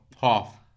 half